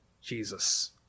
Jesus